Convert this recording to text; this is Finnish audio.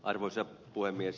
arvoisa puhemies